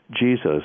Jesus